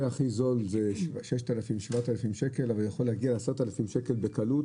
הכי זול 6,000 7,000 שקל ויכול להגיע ל-10,000 בקלות,